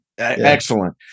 Excellent